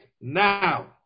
now